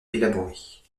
élaborés